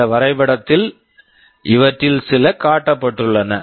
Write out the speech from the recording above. இந்த வரைபடத்தில் இவற்றில் சில காட்டப்பட்டுள்ளன